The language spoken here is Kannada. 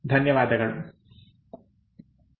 ಧನ್ಯವಾದಗಳು